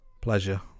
pleasure